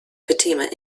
fatima